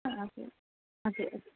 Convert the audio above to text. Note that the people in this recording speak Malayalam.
ആ ശരി ഓക്കെ ഓക്കെ